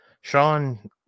Sean